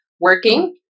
working